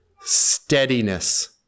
Steadiness